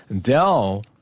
Dell